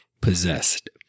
possessed